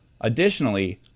Additionally